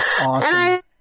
awesome